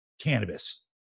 cannabis